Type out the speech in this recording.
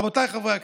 רבותיי חברי הכנסת,